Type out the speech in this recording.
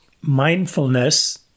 Mindfulness